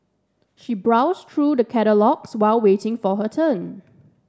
she browse through the catalogues while waiting for her turn